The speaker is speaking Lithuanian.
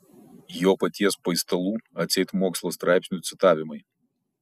jo paties paistalų atseit mokslo straipsnių citavimai